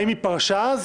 האם היא פרשה אז?